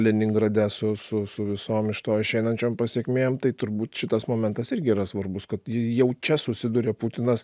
leningrade su su su visom iš to išeinančiom pasekmėm tai turbūt šitas momentas irgi yra svarbus kad jau čia susiduria putinas